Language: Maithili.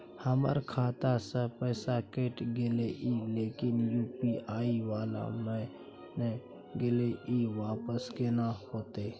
हमर खाता स पैसा कैट गेले इ लेकिन यु.पी.आई वाला म नय गेले इ वापस केना होतै?